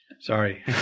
Sorry